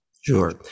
Sure